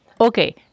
Okay